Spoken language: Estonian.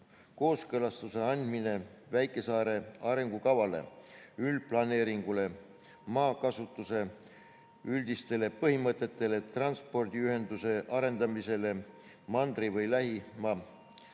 kooskõlastuse andmine väikesaare arengukavale, üldplaneeringule, maakasutuse üldistele põhimõtetele, transpordiühenduse arendamisele mandri või lähima